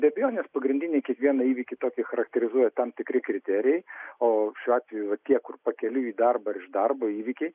be abejonės pagrindiniai kiekvieną įvykį tokį charakerizuoja tam tikri kriterijai o šiuo atveju va tie kur pakeliui į darbą ir iš darbo įvykiai